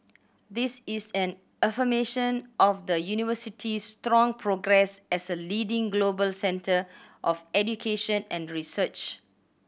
this is an affirmation of the University's strong progress as a leading global centre of education and research